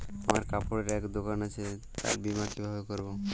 আমার কাপড়ের এক দোকান আছে তার বীমা কিভাবে করবো?